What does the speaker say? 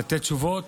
לתת תשובות.